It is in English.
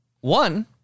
one